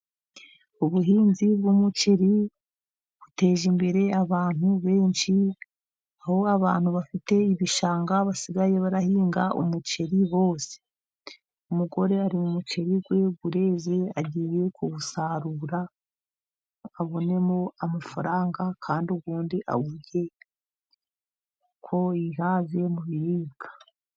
Ubuhinzi bw'umuceri buteje imbere abantu benshi, aho abantu bafite ibishanga basigaye barahinga umuceri bose, umugore ari mu muceri we ureze agiye kuwusarura abonemo amafaranga, kandi undi awurye nuko yihaze mu biribwa.